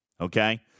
Okay